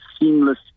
seamless